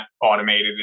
automated